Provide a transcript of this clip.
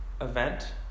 event